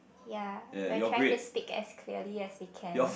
ya we are trying to speak as clearly as we can